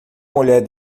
mulher